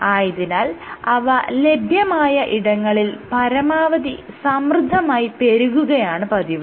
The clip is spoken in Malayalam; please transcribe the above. ആയതിനാൽ അവ ലഭ്യമായ ഇടങ്ങളിൽ പരമാവധി സമൃദ്ധമായി പെരുകുകയാണ് പതിവ്